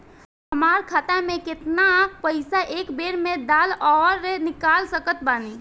हमार खाता मे केतना पईसा एक बेर मे डाल आऊर निकाल सकत बानी?